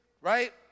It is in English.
right